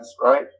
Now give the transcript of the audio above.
right